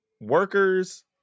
workers